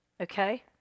Okay